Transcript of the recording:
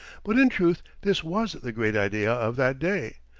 but in truth this was the great idea of that day,